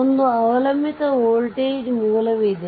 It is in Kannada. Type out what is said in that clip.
ಒಂದು ಅವಲಂಬಿತ ವೋಲ್ಟೇಜ್ ಮೂಲವಿದೆ